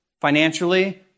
financially